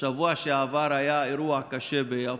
בשבוע שעבר היה אירוע קשה ביפו,